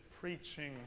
preaching